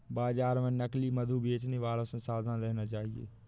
बाजार में नकली मधु बेचने वालों से सावधान रहना चाहिए